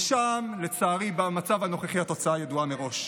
ושם, לצערי, במצב הנוכחי התוצאה ידועה מראש,